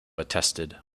attested